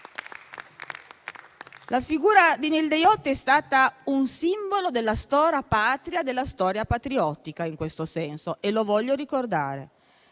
La figura di Nilde Iotti è stata un simbolo della storia patria, della storia patriottica in questo senso e lo voglio ricordare.